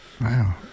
Wow